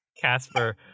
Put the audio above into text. Casper